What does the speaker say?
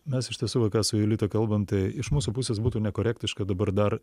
mes iš tiesų va ką su jolita kalbam tai iš mūsų pusės būtų nekorektiška dabar dar